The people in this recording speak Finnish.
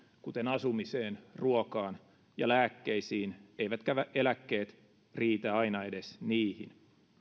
kuten asumiseen ruokaan ja lääkkeisiin eivätkä eläkkeet riitä aina edes niihin